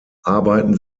arbeiten